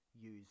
use